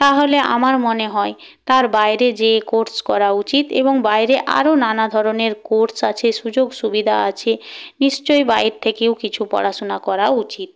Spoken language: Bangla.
তাহলে আমার মনে হয় তার বাইরে যেয়ে কোর্স করা উচিত এবং বাইরে আরও নানা ধরনের কোর্স আছে সুযোগ সুবিধা আছে নিশ্চয়ই বাইরে থেকেও কিছু পড়াশোনা করা উচিত